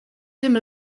tym